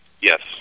Yes